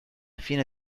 fine